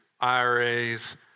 IRAs